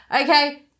Okay